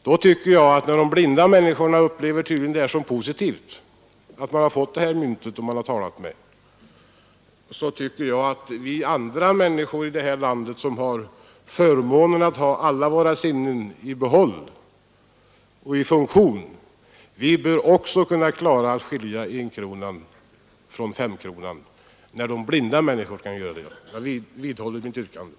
Och när de blinda tydligen upplever som positivt att ha detta mynt tycker jag att vi andra här i landet, som har förmånen att ha alla våra sinnen i behåll och i funktion, också bör kunna klara att skilja enkronan från femkronan. Fru talman! Jag vidhåller mitt yrkande.